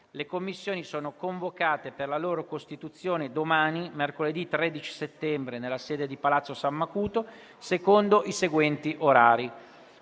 Le Commissioni sono convocate per la loro costituzione domani, mercoledì 13 settembre, nella sede di Palazzo San Macuto secondo i seguenti orari: